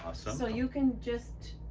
ah so so you can just